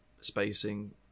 spacing